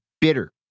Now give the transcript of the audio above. bitter